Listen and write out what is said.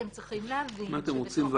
אתם צריכים להבין -- אתם רוצים להקים